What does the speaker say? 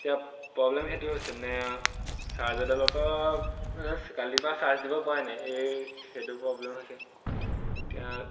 এতিয়া প্ৰব্লেম সেইটো হৈছে মানে চাৰ্জাৰডালৰ পৰা মানে কালিৰ পৰা চাৰ্জ দিব পৰাই নাই এই সেইটো প্ৰব্লেম হৈছে এতিয়া